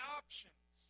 options